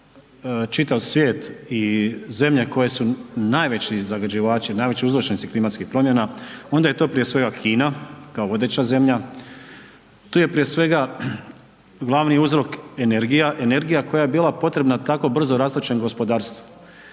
čitav svijet i zemlje koje su najveći zagađivači, najveći uzročnici klimatskih promjena onda je to prije svega Kina kao vodeća zemlja, tu je prije svega glavni uzrok energija, energija koja je bila potrebna tako brzo rastućem gospodarstvu.